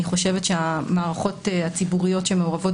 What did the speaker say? אני חושבת שהמערכות הציבוריות שמעורבות